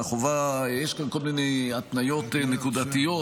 יש כאן כל מיני התניות נקודתיות,